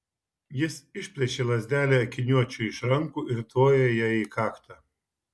jis išplėšė lazdelę akiniuočiui iš rankų ir tvojo ja į kaktą